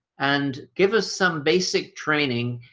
and give us some basic training,